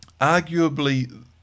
Arguably